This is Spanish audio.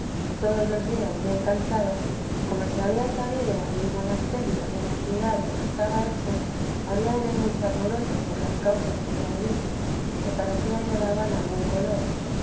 y todos los días bien cansada como se había sabido en mi monasterio y en la ciudad lo que estaba hecho había en él mucho alboroto por las causas que ya he dicho que parecía llevaban algún color